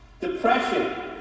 Depression